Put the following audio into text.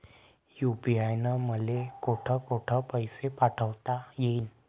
UPI न मले कोठ कोठ पैसे पाठवता येईन?